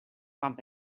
bump